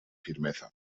firmeza